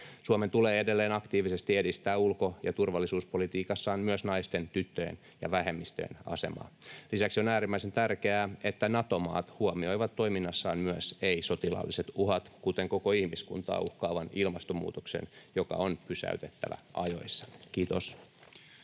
Suomen tulee edelleen aktiivisesti edistää ulko- ja turvallisuuspolitiikassaan myös naisten, tyttöjen ja vähemmistöjen asemaa. Lisäksi on äärimmäisen tärkeää, että Nato-maat huomioivat toiminnassaan myös ei-sotilaalliset uhat, kuten koko ihmiskuntaa uhkaavan ilmastonmuutoksen, joka on pysäytettävä ajoissa. — Kiitos.